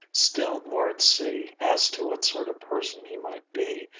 still more at sea as to what sort of person he might be,